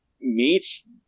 meets